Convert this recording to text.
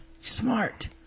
smart